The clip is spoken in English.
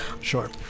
Sure